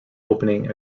opening